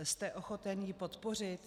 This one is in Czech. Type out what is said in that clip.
Jste ochoten ji podpořit?